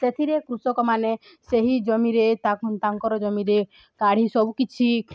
ସେଥିରେ କୃଷକମାନେ ସେହି ଜମିରେ ତା ତାଙ୍କର ଜମିରେ କାଢ଼ି ସବୁକିଛି